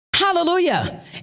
Hallelujah